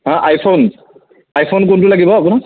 হাঁ iPhone iPhone কোনটো লাগিব আপোনাক